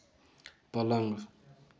पलंग